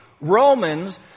Romans